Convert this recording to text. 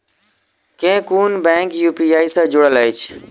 केँ कुन bank UPI सँ जुड़ल अछि?